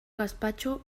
gaspatxo